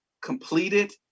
completed